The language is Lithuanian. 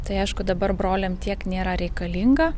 tai aišku dabar broliam tiek nėra reikalinga